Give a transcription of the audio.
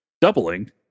doubling